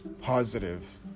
positive